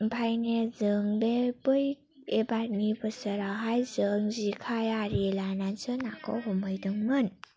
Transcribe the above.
ओमफ्राय जों बे बै एबारनि बोसोरावहाय जों जेखाय आरि लानानैसो नाखौ हमहैदोंमोन